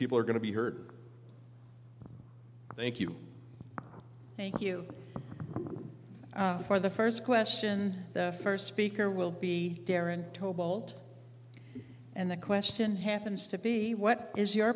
people are going to be hurt thank you thank you for the first question and the first speaker will be karen cobalt and the question happens to be what is your